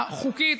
החוקית,